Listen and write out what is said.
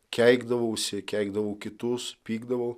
keikdavausi keikdavau kitus pykdavau